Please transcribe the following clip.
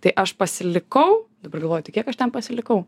tai aš pasilikau dabar galvoju tai kiek aš ten pasilikau